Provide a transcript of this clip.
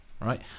right